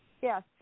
Yes